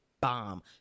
bomb